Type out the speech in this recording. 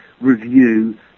review